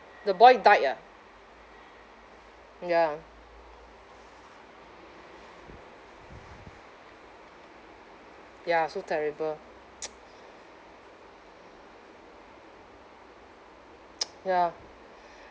the boy died ah ya ya so terrible ya